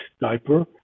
diaper